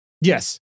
Yes